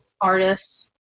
Artists